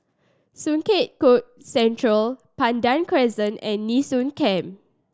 Sungei Kadut Central Pandan Crescent and Nee Soon Camp